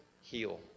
heal